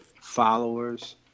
followers